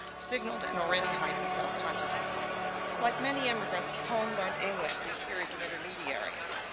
signaled an already heightened self-consciousness like many immigrants cohen learned english through a series of intermediaries.